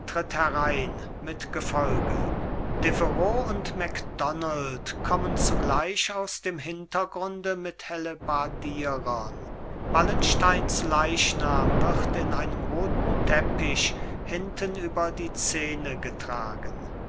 herein mit gefolge deveroux und macdonald kommen zugleich aus dem hintergrunde mit hellebardierern wallensteins leichnam wird in einem roten teppich hinten über die szene getragen